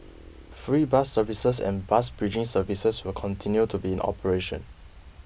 free bus services and bus bridging services will continue to be in operation